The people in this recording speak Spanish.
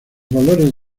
valores